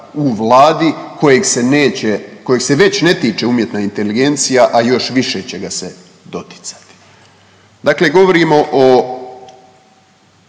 se neće, kojeg se već ne tiče umjetna inteligencija, a još više će ga se doticati. Dakle govorimo o